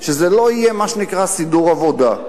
שזה לא יהיה מה שנקרא סידור עבודה.